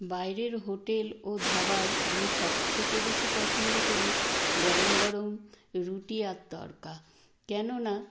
বাইরের হোটেল ও ধাবায় আমি সব থেকে বেশি পছন্দ করি গরম গরম রুটি আর তড়কা কেননা